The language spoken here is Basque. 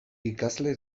ikasle